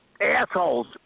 assholes